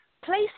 Place